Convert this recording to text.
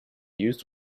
used